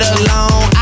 alone